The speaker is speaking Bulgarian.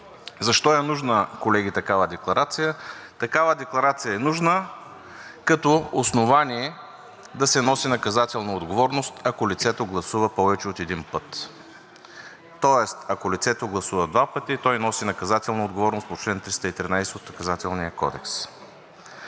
Защо е нужна, колеги, такава декларация? Такава декларация е нужна като основание да се носи наказателна отговорност, ако лицето гласува повече от един път, тоест, ако лицето гласува два пъти, то носи наказателна отговорност по чл. 313 от Наказателния кодекс.